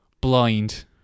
blind